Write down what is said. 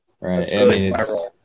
Right